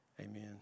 Amen